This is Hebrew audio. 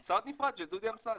משרד נפרד של דודי אמסלם.